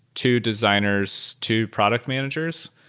two designers, two product managers.